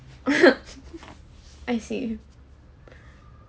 I see